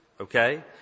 Okay